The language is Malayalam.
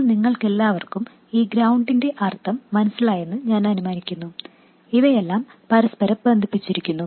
ഇപ്പോൾ നിങ്ങൾക്കെല്ലാവർക്കും ഈ ഗ്രൌണ്ടിന്റെ അർത്ഥം മനസ്സിലായെന്ന് ഞാൻ അനുമാനിക്കുന്നു ഇവയെല്ലാം പരസ്പരം ബന്ധിപ്പിച്ചിരിക്കുന്നു